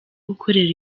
gukorera